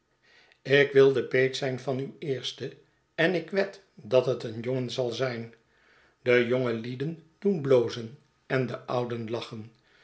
ik wil peet zijn van uw eerste en ik wed dat het een jongen zal zijn de jongelieden doen blozen en de ouden lachen